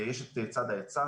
יש את צד ההיצע,